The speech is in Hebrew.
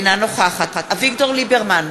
אינה נוכחת אביגדור ליברמן,